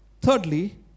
Thirdly